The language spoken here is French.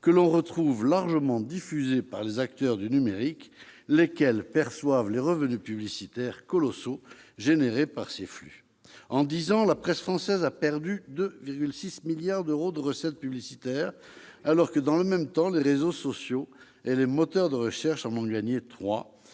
que l'on retrouve largement diffusés par les acteurs du numérique, lesquels perçoivent les revenus publicitaires colossaux générés par ces flux. En dix ans, la presse française a perdu 2,6 milliards d'euros de recettes publicitaires, alors que, dans le même temps, les réseaux sociaux et les moteurs de recherche en ont gagné 3